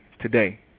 today